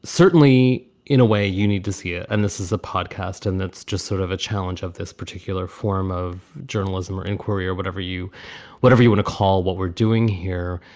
certainly in a way, you need to see it. and this is a podcast, and that's just sort of a challenge of this particular form of journalism or inquiry or whatever you whatever you want to call what we're doing here.